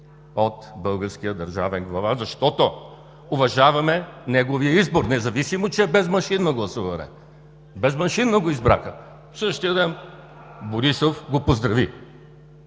от българския държавен глава, защото уважаваме неговия избор, независимо че е без машинно гласуване. Без машинно го избраха. (Шум и реплики